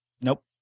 Nope